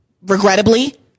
regrettably